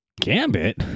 Gambit